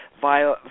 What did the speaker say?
via